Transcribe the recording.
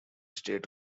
state